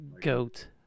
goat